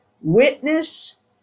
witness